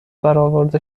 برآورده